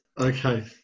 Okay